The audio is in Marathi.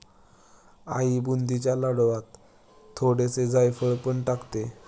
आई बुंदीच्या लाडवांत थोडेसे जायफळ पण टाकते